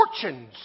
fortunes